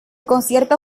concierto